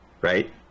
right